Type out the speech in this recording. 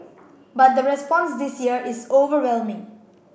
but the response this year is overwhelming